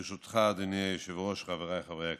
ברשותך, אדוני היושב-ראש, חבריי חברי הכנסת,